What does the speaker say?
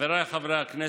חבריי חברי הכנסת,